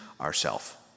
ourself